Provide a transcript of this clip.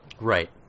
Right